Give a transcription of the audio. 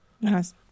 Nice